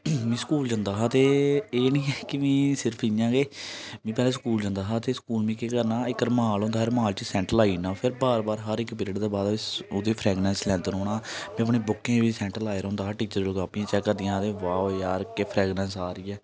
मीं स्कूल जंदा हा ते एह् नेईं ऐ कि मीं सिर्फ इ'यां गै में पैह्लें स्कूल जंदा हा ते स्कूल मीं केह् करदा इक रूमाल होंदा हा रूमाल च सैंट लाई ओड़ना ते फिर बार बार हर इक पीरयड दे बाद ओह्दी फ्रगनेस लैंदे रौहन्ना में अपनी बुकें गी बी सैंट लाए दा होंदा हा टीचर जेल्लै कापियां चैक करदियां हियां आखदियां वाऊ यार केह् फ्रगनेस आ रही ऐ